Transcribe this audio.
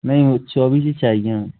नहीं वह चौबीस ही चाहिए हमें